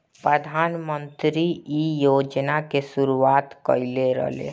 प्रधानमंत्री इ योजना के शुरुआत कईले रलें